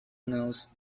knows